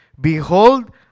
behold